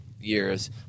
years